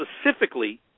specifically